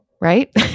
Right